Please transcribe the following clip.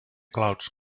clouds